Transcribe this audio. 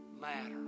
matter